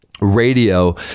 radio